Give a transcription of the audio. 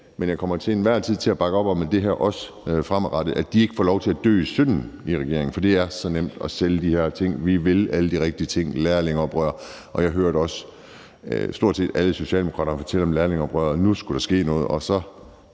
Men jeg kommer til enhver tid til at bakke op om det her også fremadrettet. De får ikke lov til at dø i synden i regeringen, for det er så nemt at sælge de her ting: Vi vil alle de rigtige ting og lærlingeoprøret. Og jeg hørte også stort set alle socialdemokrater fortælle om lærlingeoprøret, og at nu skulle der ske noget.